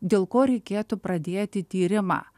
dėl ko reikėtų pradėti tyrimą